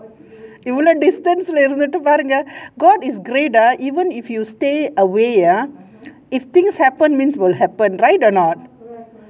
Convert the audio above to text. இவ்ளோ:ivlo distance இருந்துட்டும் பாருங்க:irunthuttum paarunga god is great ah even if you stay away ah if things happen means will happen right a not